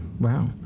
wow